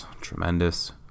Tremendous